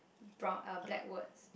brown uh black words